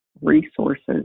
resources